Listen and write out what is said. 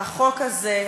החוק הזה,